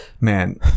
man